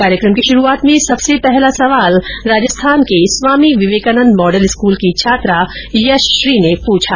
कार्यकम की शुरूआत में सबसे पहला सवाल राजस्थान के स्वामी विवेकानन्द मॉडल स्कूल की छात्रा यश श्री ने पूछा